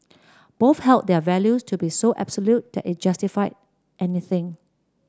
both held their values to be so absolute that it justified anything